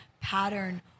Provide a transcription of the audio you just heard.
pattern